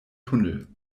tunnel